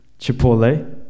Chipotle